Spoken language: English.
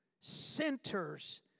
centers